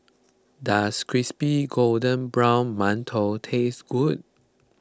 does Crispy Golden Brown Mantou taste good